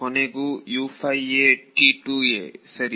ಕೊನೆಗೂ ಸರಿ